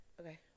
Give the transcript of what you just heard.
Okay